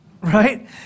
right